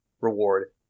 reward